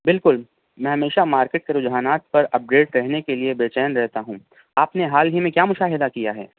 بالکل میں ہمیشہ مارکیٹ کے رجحانات پر اپگریڈ رہنے کے لئے بےچین رہتا ہوں آپ نے حال ہی میں کیا مشاہدہ کیا ہے